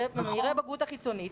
ממירי הבגרות החיצונית.